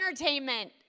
entertainment